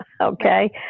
Okay